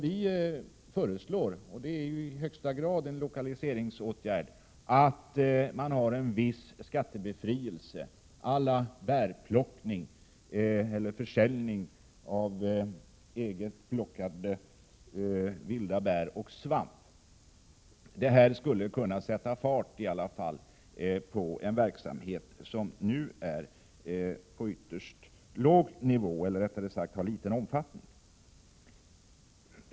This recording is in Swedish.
Vi föreslår — och det är ju i högsta grad en lokaliseringsåtgärd — att man har en viss skattebefrielse på samma sätt som för försäljning av egenplockade vilda bär och svamp. Detta skulle kunna sätta fart på en verksamhet som nu har liten omfattning.